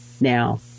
Now